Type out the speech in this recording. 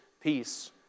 peace